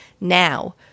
now